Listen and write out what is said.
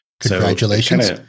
Congratulations